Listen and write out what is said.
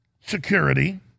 security